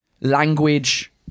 language